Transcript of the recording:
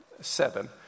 seven